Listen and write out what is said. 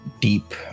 deep